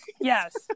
Yes